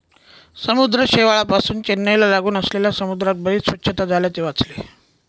समुद्र शेवाळापासुन चेन्नईला लागून असलेल्या समुद्रात बरीच स्वच्छता झाल्याचे वाचले